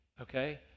Okay